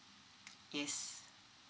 yes